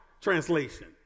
translation